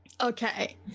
Okay